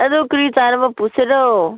ꯑꯗꯨ ꯀꯔꯤ ꯆꯥꯅꯕ ꯄꯨꯁꯤꯔꯣ